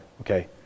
okay